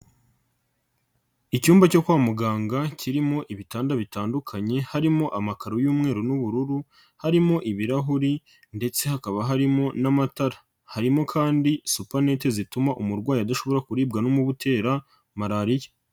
Icyumba cyo kwa muganga kirimo ibitanda bitandukanye harimo amakaro y'umweru n'ubururu, harimo ibirahure ndetse hakaba harimo n'amatara. Harimo kandi supaneti zituma umurwayi adashobora kuribwa n'umubu utera Malariya.